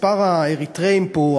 מספר האריתריאים פה,